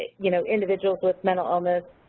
you know, individuals with mental illness,